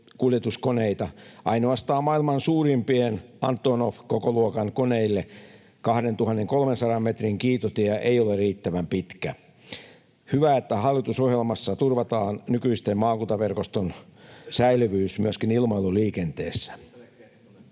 kuljetuskoneita. Ainoastaan maailman suurimmille, Antonov-kokoluokan, koneille 2 300 metrin kiitotie ei ole riittävän pitkä. Hyvä, että hallitusohjelmassa turvataan nykyisen maakuntaverkoston säilyvyys myöskin ilmailuliikenteessä.